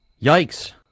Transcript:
Yikes